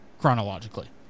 Chronologically